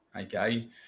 okay